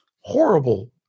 horrible